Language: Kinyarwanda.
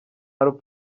rubanza